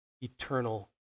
eternal